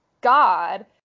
god